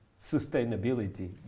sustainability